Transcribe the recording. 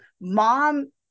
mom